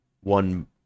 one